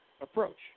approach